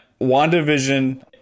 WandaVision